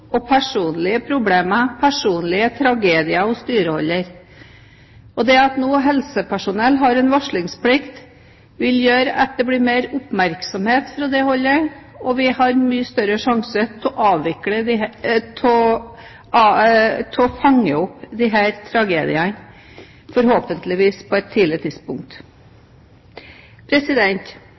og personlige problemer og personlige tragedier hos dyreholder. At helsepersonell nå har en varslingsplikt, vil gjøre at det blir mer oppmerksomhet fra det holdet, og vi har mye større sjanse til å fange opp tragediene, forhåpentligvis på et tidlig tidspunkt.